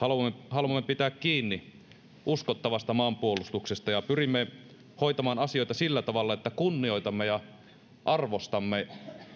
haluamme pitää kiinni uskottavasta maanpuolustuksesta ja pyrimme hoitamaan asioita sillä tavalla että kunnioitamme ja arvostamme